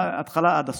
מההתחלה עד הסוף,